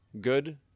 good